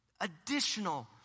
additional